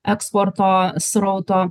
eksporto srauto